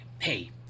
Hey